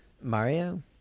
mario